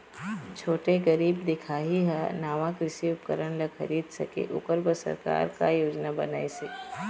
छोटे गरीब दिखाही हा नावा कृषि उपकरण ला खरीद सके ओकर बर सरकार का योजना बनाइसे?